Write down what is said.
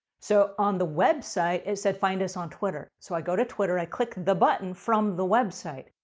so, on the website, it said, find us on twitter. so, i go to twitter, i click the but and from the website,